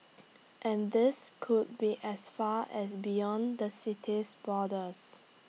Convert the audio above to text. and these could be as far as beyond the city's borders